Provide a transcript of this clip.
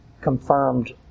confirmed